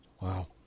Wow